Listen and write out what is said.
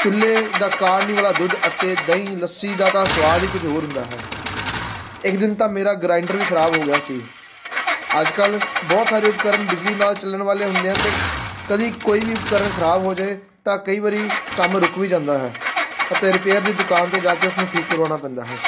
ਚੁੱਲੇ ਦਾ ਕਾੜਨੀ ਵਾਲਾ ਦੁੱਧ ਅਤੇ ਦਹੀਂ ਲੱਸੀ ਦਾ ਤਾਂ ਸਵਾਦ ਹੀ ਕੁਝ ਹੋਰ ਹੁੰਦਾ ਹੈ ਇੱਕ ਦਿਨ ਤਾਂ ਮੇਰਾ ਗਰਾਂਇਡਰ ਵੀ ਖਰਾਬ ਹੋ ਗਿਆ ਸੀ ਅੱਜ ਕੱਲ੍ਹ ਬਹੁਤ ਸਾਰੇ ਉਪਕਰਨ ਬਿਜਲੀ ਨਾਲ ਚੱਲਣ ਵਾਲੇ ਹੁੰਦੇ ਆ ਅਤੇ ਕਦੇ ਕੋਈ ਵੀ ਉਪਕਰਨ ਖਰਾਬ ਹੋ ਜਾਏ ਤਾਂ ਕਈ ਵਰੀ ਕੰਮ ਰੁਕ ਵੀ ਜਾਂਦਾ ਹੈ ਅਤੇ ਰਿਪੇਅਰ ਦੀ ਦੁਕਾਨ 'ਤੇ ਜਾ ਕੇ ਉਸਨੂੰ ਠੀਕ ਕਰਵਾਉਣਾ ਪੈਂਦਾ ਹੈ